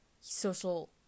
social